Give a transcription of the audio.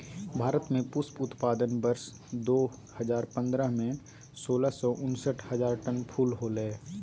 भारत में पुष्प उत्पादन वर्ष दो हजार पंद्रह में, सोलह सौ उनसठ हजार टन फूल होलय